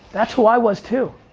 that's who i was too.